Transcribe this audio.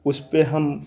उसपे हम